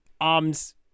arms